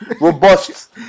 robust